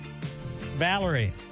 valerie